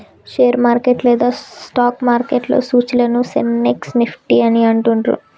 share market లేదా stock మార్కెట్లో సూచీలను సెన్సెక్స్, నిఫ్టీ అని అంటుండ్రు